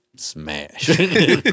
Smash